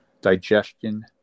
digestion